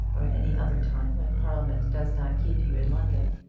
or any other time when parliament does not keep you in london,